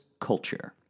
Culture